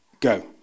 go